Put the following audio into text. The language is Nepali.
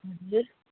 हजुर